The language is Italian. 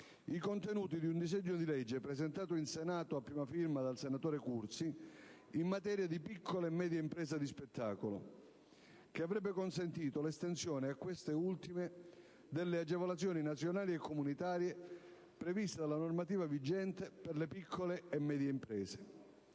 i contenuti di un disegno di legge presentato in Senato a prima firma del senatore Cursi in materia di piccole e medie imprese di spettacolo, che avrebbe consentito l'estensione a queste ultime delle agevolazioni nazionali e comunitarie previste dalla normativa vigente per le piccole e medie imprese.